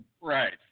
Right